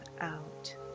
out